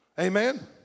Amen